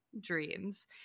dreams